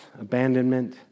abandonment